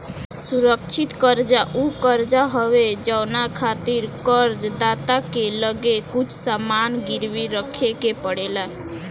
सुरक्षित कर्जा उ कर्जा हवे जवना खातिर कर्ज दाता के लगे कुछ सामान गिरवी रखे के पड़ेला